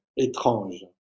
étrange